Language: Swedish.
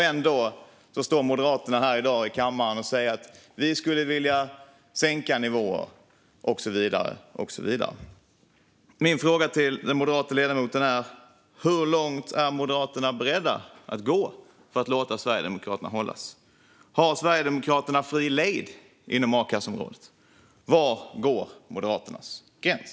Ändå står Moderaterna här i kammaren i dag och säger att de skulle vilja sänka nivåer och så vidare. Min fråga till den moderata ledamoten är hur långt Moderaterna är beredda att gå för att låta Sverigedemokraterna hållas. Har Sverigedemokraterna fri lejd inom a-kasseområdet? Var går Moderaternas gräns?